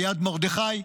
ליד מרדכי,